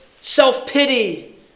self-pity